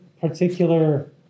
particular